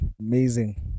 amazing